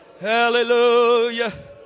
Hallelujah